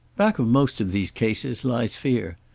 back of most of these cases lies fear.